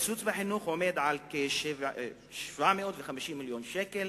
הקיצוץ בחינוך עומד על כ-750 מיליון שקל,